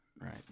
right